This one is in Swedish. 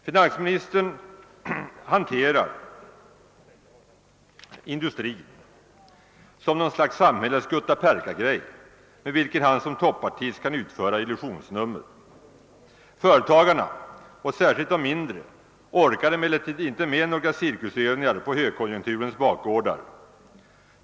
Finansministern hanterar industrin som något slags samhällets guttaperkagrej, med vilken han som toppartist kan utföra illusionsnummer. Företagarna och särskilt de mindre orkar emellertid inte med några cirkusövningar på högkonjunkturens bakgårdar.